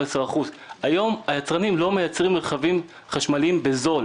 10%. היום היצרנים לא מייצרים רכבים חשמליים בזול.